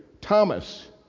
Thomas